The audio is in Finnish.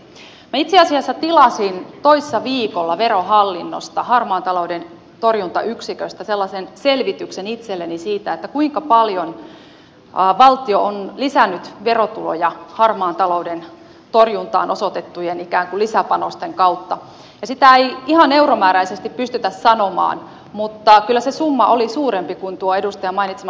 minä itse asiassa tilasin toissa viikolla verohallinnosta harmaan talouden torjuntayksiköstä selvityksen itselleni siitä kuinka paljon valtio on lisännyt verotuloja harmaan talouden torjuntaan osoitettujen ikään kuin lisäpanosten kautta ja sitä ei ihan euromääräisesti pystytä sanomaan mutta kyllä se summa oli suurempi kuin tuo edustajan mainitsema summa